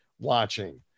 watching